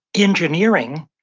engineering,